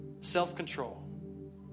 self-control